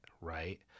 right